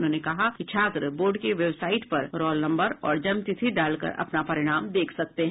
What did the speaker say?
उन्होंने कहा कि छात्र बोर्ड के वेबसाइट पर रोल नम्बर और जन्मतिथि डालकर अपना परिणाम देख सकते हैं